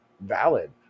valid